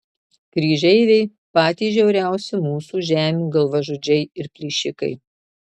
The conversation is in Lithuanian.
kryžeiviai patys žiauriausi mūsų žemių galvažudžiai ir plėšikai